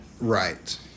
Right